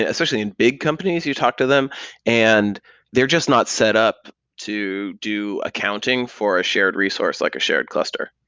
ah especially in big companies, you talk to them and they're just not set up to do accounting for a shared resource, like a shared cluster.